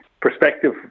perspective